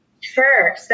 Sure